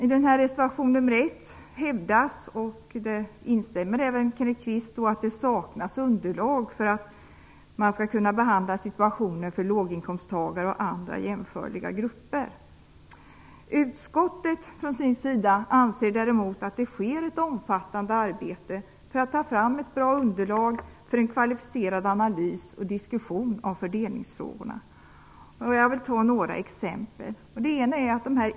I reservation nr 1 hävdas, vilket Kenneth Kvist instämmer i, att underlag saknas för att man skall kunna behandla situationen för låginkomsttagare och andra jämförliga grupper. Utskottet anser däremot att det sker ett omfattande arbete för att ta fram ett bra underlag för en kvalificerad analys och diskussion av fördelningsfrågorna. Låt mig ta några exempel: 1.